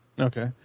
Okay